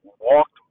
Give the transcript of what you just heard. walked